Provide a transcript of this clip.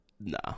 Nah